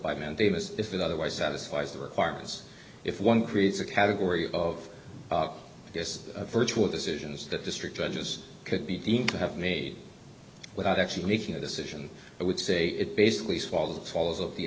by mandamus if it otherwise satisfies the requirements if one creates a category of this virtual decisions that district judges could be deemed to have made without actually making a decision i would say it basically swallowed the falls of the